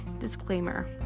disclaimer